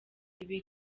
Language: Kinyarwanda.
ibi